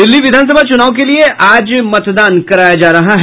दिल्ली विधानसभा चुनाव के लिये आज मतदान कराया जा रहा है